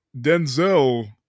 Denzel